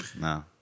no